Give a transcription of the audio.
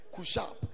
Kushab